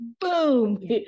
boom